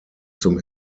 zum